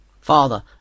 Father